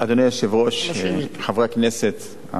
אדוני היושב-ראש, חברי הכנסת,